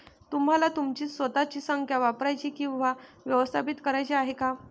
तुम्हाला तुमची स्वतःची संख्या वापरायची किंवा व्यवस्थापित करायची आहे का?